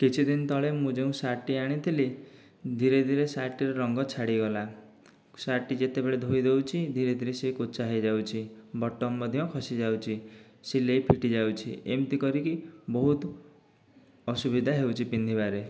କିଛି ଦିନ ତଳେ ମୁଁ ଯେଉଁ ସାର୍ଟଟି ଆଣିଥିଲି ଧୀରେ ଧୀରେ ସାର୍ଟଟି ର ରଙ୍ଗ ଛାଡ଼ିଗଲା ସାର୍ଟଟି ଯେତେବେଳେ ଧୋଇ ଦେଉଛି ଧୀରେ ଧୀରେ ସେ କୁଛା ହେଇଯାଉଛି ବଟନ୍ ମଧ୍ୟ୍ୟ ଖସି ଯାଉଛି ସିଲେଇ ଫିଟି ଯାଉଛି ଏମିତି କରିକି ବହୁତ ଅସୁବିଧା ହେଉଛି ପିନ୍ଧିବାରେ